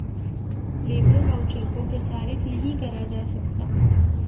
labour voucher को प्रसारित नहीं करा जा सकता